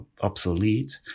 obsolete